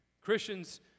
Christians